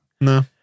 no